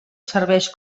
serveix